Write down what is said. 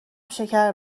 شکر